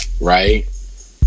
Right